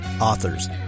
authors